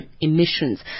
emissions